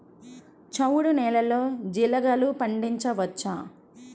చవుడు నేలలో జీలగలు పండించవచ్చా?